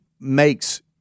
makes